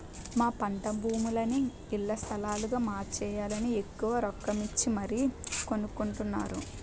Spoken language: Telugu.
మా పంటభూములని ఇళ్ల స్థలాలుగా మార్చేయాలని ఎక్కువ రొక్కమిచ్చి మరీ కొనుక్కొంటున్నారు